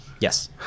Yes